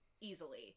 easily